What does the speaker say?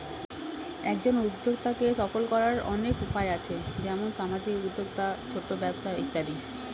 একজন উদ্যোক্তাকে সফল করার অনেক উপায় আছে, যেমন সামাজিক উদ্যোক্তা, ছোট ব্যবসা ইত্যাদি